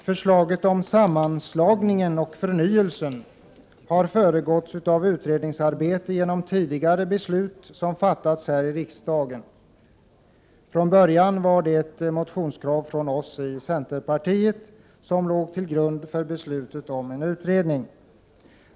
Förslaget om sammanslagningen och förnyelsen har föregåtts av utredningsarbete enligt tidigare beslut som fattats här i riksdagen. Från början var det ett motionskrav från oss i centerpartiet som låg till grund för beslutet om utredning.